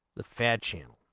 the fat channel.